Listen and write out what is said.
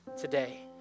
today